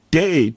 day